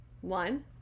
One